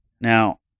Now